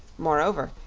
moreover,